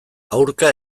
aurka